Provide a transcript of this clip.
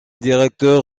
directeur